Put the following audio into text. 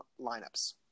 lineups